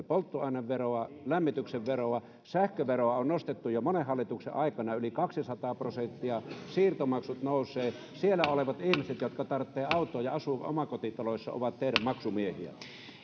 polttoaineveroa lämmityksen veroa sähköveroa on nostettu jo monen hallituksen aikana yli kaksisataa prosenttia siirtomaksut nousevat siellä olevat ihmiset jotka tarvitsevat autoa ja asuvat omakotitaloissa ovat teidän maksumiehiä